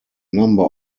number